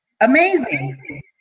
Amazing